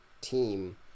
team